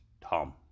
Tom